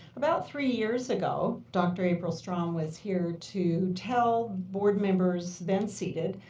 about three years ago dr. april strong was here to tell board members, then seated,